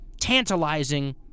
tantalizing